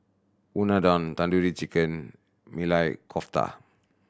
Unadon Tandoori Chicken Maili Kofta